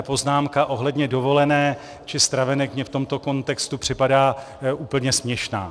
Poznámka ohledně dovolené či stravenek mi v tomto kontextu připadá úplně směšná.